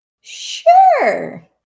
Sure